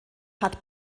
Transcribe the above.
hat